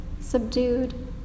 subdued